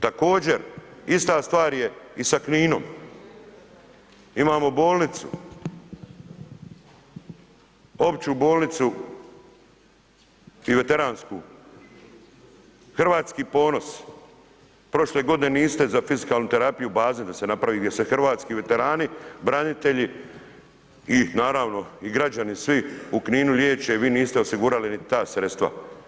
Također, ista stvar je i sa Kninom, imamo bolnicu, opću bolnicu i veteransku, Hrvatski Ponos, prošle godine niste za fizikalnu terapiju bazen da se napravi gdje se hrvatski veterani, branitelji i naravno i građani svi u Kninu liječe, vi niste osigurali niti ta sredstva.